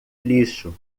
lixo